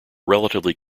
relatively